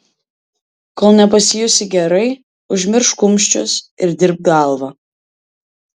kol nepasijusi gerai užmiršk kumščius ir dirbk galva